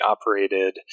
operated